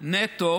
נטו